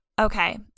Okay